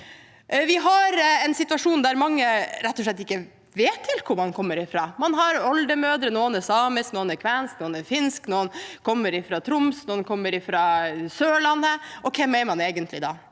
Vi har en situasjon der mange rett og slett ikke vet helt hvor de kommer fra. Man har oldemødre der noen er samiske, noen er kvenske, noen er finske, noen kommer fra Troms, noen kommer fra Sørlandet, og hvem er man egentlig da?